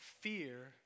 Fear